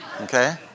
Okay